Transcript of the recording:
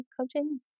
coaching